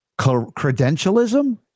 credentialism